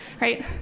right